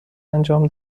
انجام